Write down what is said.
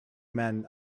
men